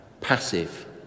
passive